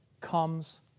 comes